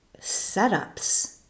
setups